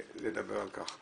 לדבר על כך.